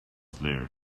there